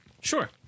sure